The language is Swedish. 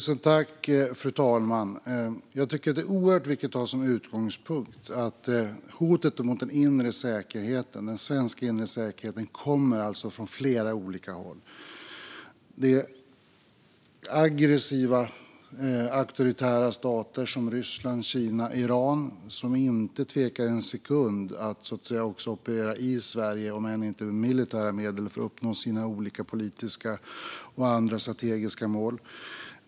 Fru talman! Jag tycker att det är oerhört viktigt att ha som utgångspunkt att hotet mot den svenska inre säkerheten kommer från flera olika håll. Det är aggressiva auktoritära stater som Ryssland, Kina och Iran, som inte tvekar en sekund att operera i Sverige, om än inte med militära medel, för att uppnå sina olika politiska och andra strategiska mål.